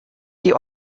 die